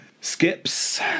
Skips